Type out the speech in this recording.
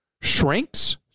shrinks